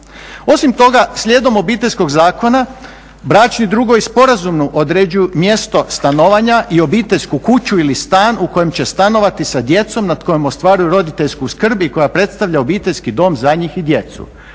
Osim toga, slijedom Obiteljskog zakona bračni drugovi sporazumno određuju mjesto stanovanja i obiteljsku kuću ili stan u kojem će stanovati sa djecom nad kojom ostvaruju roditeljsku skrb i koja predstavlja obiteljski dom za njih i djecu.